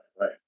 right